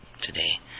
today